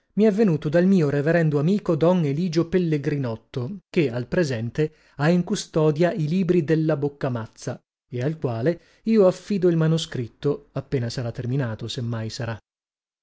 mi è venuto dal mio reverendo amico don eligio pellegrinotto che al presente ha in custodia i libri della boccamazza e al quale io affido il manoscritto appena sarà terminato se mai sarà